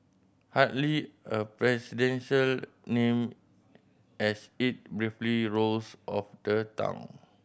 hardly a presidential name as it briefly rolls off the tongue